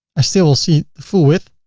i still will see the full width.